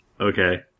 Okay